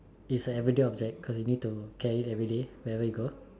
it's a everyday object cause you need to carry everyday wherever you go